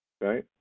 Right